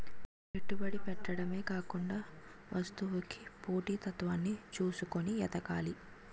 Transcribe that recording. పెట్టుబడి పెట్టడమే కాకుండా వస్తువుకి పోటీ తత్వాన్ని చూసుకొని ఎదగాలి